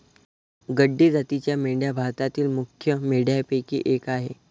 गड्डी जातीच्या मेंढ्या भारतातील मुख्य मेंढ्यांपैकी एक आह